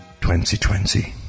2020